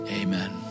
Amen